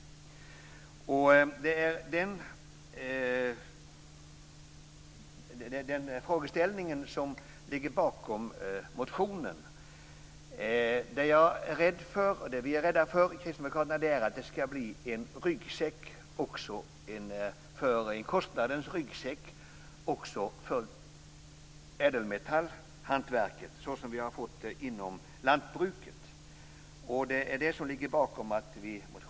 Det är denna frågeställning som ligger bakom motionen. Det som vi kristdemokrater är rädda för är att det ska bli en kostnadsryggsäck också för ädelmetallhantverket såsom det har blivit inom lantbruket.